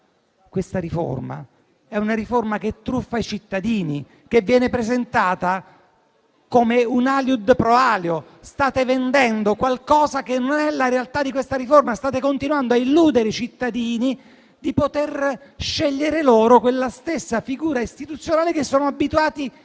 questa riforma truffa i cittadini e viene presentata come un *aliud pro alio*. State vendendo qualcosa che non è la realtà di questa riforma. State continuando a illudere i cittadini che possano scegliere loro stessi quella stessa figura istituzionale che sono abituati a